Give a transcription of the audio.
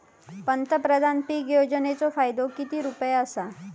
पंतप्रधान पीक योजनेचो फायदो किती रुपये आसा?